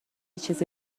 چیزی